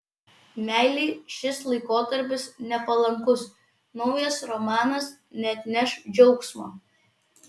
meilei šis laikotarpis nepalankus naujas romanas neatneš džiaugsmo